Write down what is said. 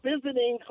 Visiting